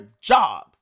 job